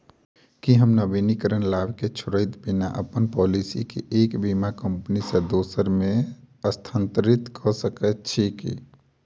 की हम नवीनीकरण लाभ केँ छोड़इत बिना अप्पन पॉलिसी केँ एक बीमा कंपनी सँ दोसर मे स्थानांतरित कऽ सकैत छी की?